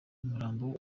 umurambo